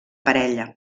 parella